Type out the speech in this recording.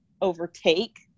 overtake